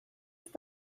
ist